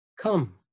Come